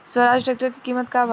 Swaraj tractor के किमत का बा?